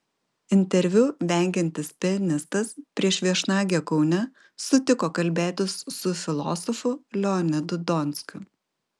interviu vengiantis pianistas prieš viešnagę kaune sutiko kalbėtis su filosofu leonidu donskiu